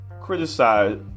criticize